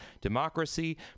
democracy